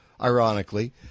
ironically